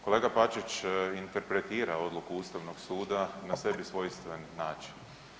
Kolega Bačić interpretira odluku Ustavnog suda na sebi svojstven način.